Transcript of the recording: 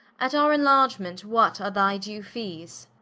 at our enlargement what are thy due fees?